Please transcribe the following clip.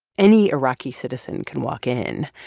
any iraqi citizen can walk in.